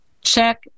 Check